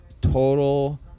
total